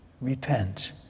Repent